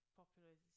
popular